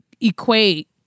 equate